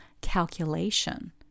calculation